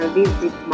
visit